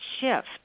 shift